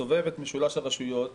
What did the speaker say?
מסובב את משולש הרשויות,